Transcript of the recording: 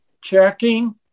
checking